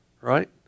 right